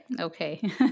Okay